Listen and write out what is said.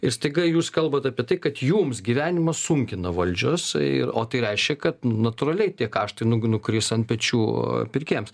ir staiga jūs kalbat apie tai kad jums gyvenimus sunkina valdžios ir o tai reiškia kad natūraliai tie kaštai nu nukris ant pečių pirkėjams